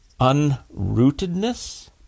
unrootedness